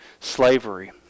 slavery